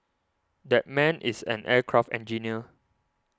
that man is an aircraft engineer